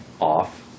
off